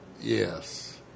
Yes